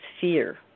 fear